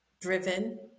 Driven